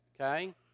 okay